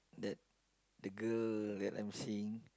that the girl that I'm seeing